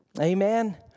Amen